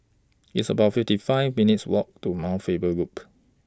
It's about fifty five minutes' Walk to Mount Faber Loop